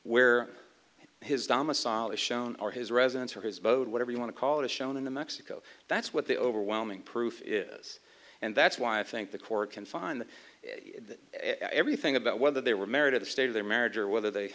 domicile is shown or his residence or his abode whatever you want to call it as shown in the mexico that's what the overwhelming proof is and that's why i think the court can find everything about whether they were married in the state of their marriage or whether they